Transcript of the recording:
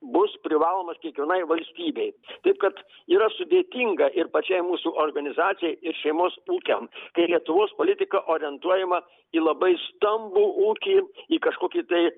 bus privalomas kiekvienai valstybei taip kad yra sudėtinga ir pačiai mūsų organizacijai ir šeimos ūkiam kai lietuvos politika orientuojama į labai stambų ūkį į kažkokį tai